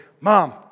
Mom